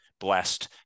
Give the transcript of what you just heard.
blessed